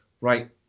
Right